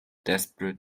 desperate